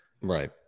Right